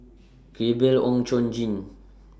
Gabriel Oon Chong Jin